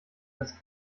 das